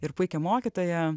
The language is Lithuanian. ir puikią mokytoją